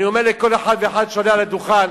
אני אומר לכל אחד ואחד שעולה על הדוכן,